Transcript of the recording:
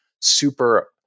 super